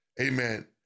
Amen